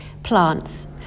plants